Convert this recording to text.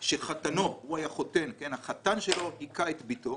שחתנו היכה את ביתו.